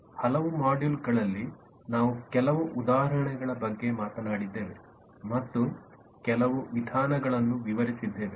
ಹಲವಾರು ಮಾಡ್ಯೂಲ್ಗಳಲ್ಲಿ ನಾವು ಕೆಲವು ಉದಾಹರಣೆಗಳ ಬಗ್ಗೆ ಮಾತನಾಡಿದ್ದೇವೆ ಮತ್ತು ಕೆಲವು ವಿಧಾನಗಳನ್ನು ವಿವರಿಸಿದ್ದೇವೆ